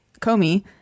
Comey